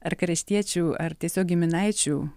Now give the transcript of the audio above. ar kraštiečių ar tiesiog giminaičių